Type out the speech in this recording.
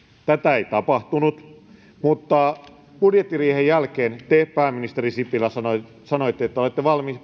tätä ei tapahtunut mutta budjettiriihen jälkeen te pääministeri sipilä sanoitte että olette valmis